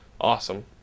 awesome